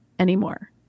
anymore